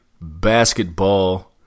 basketball